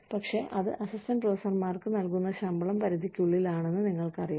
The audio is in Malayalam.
പക്ഷേ അത് അസിസ്റ്റന്റ് പ്രൊഫസർമാർക്ക് നൽകുന്ന ശമ്പള പരിധിക്കുള്ളിലാണെന്ന് നിങ്ങൾക്കറിയാം